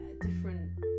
different